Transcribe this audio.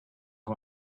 who